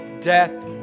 death